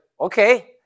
okay